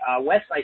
West